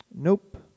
Nope